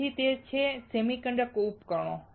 તેથી તે તે છે સેમિકન્ડક્ટર ઉપકરણો